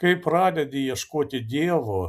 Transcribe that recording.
kai pradedi ieškoti dievo